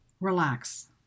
Relax